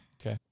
Okay